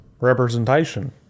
representation